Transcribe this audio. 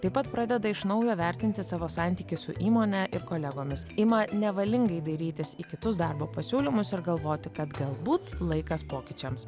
taip pat pradeda iš naujo vertinti savo santykį su įmone ir kolegomis ima nevalingai dairytis į kitus darbo pasiūlymus ir galvoti kad galbūt laikas pokyčiams